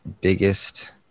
biggest